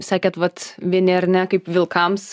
sakėt vat vieni ar ne kaip vilkams